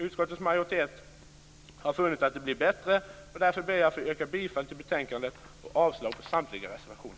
Utskottets majoritet har funnit att det blir bättre, och därför ber jag att få yrka bifall till hemställan i betänkandet och avslag på samtliga reservationer.